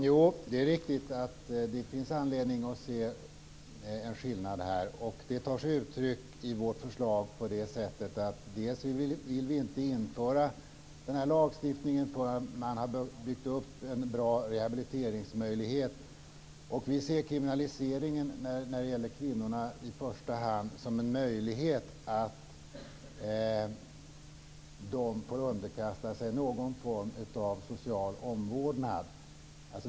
Herr talman! Det är riktigt att det finns anledning att se en skillnad här. Det tar sig i vårt förslag uttryck på följande sätt: Dels vill vi inte införa den här lagstiftningen förrän man har byggt upp en bra rehabiliteringsmöjlighet, dels ser vi kriminaliseringen när det gäller kvinnorna i första hand som en möjlighet att låta dem underkasta sig någon form av social omvårdnad.